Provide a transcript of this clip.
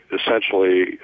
essentially